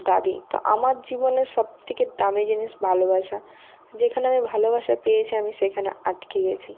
দাবি তো আমার জীবনে সবথেকে দামি জিনিস ভালোবাসা যেখানে আমি ভালোবাসা পেয়েছি আমি সেখানে আটকে গেছি